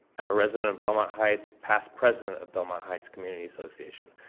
i'm a resident of belmont heights, past president of belmont heights community association.